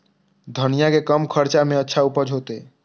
धनिया के कम खर्चा में अच्छा उपज होते?